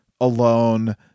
alone